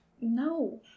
No